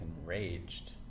enraged